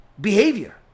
behavior